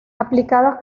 aplicadas